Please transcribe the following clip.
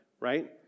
Right